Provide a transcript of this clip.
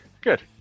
Good